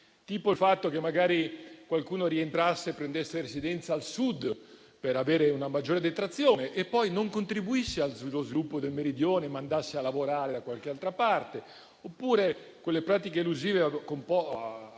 tipo il fatto che magari qualcuno rientrasse e prendesse residenza al Sud per avere una maggiore detrazione e poi non contribuisse allo sviluppo del Meridione, ma andasse a lavorare da qualche altra parte, oppure quelle pratiche elusive adottate